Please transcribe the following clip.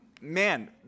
Man